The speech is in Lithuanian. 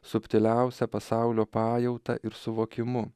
subtiliausia pasaulio pajauta ir suvokimu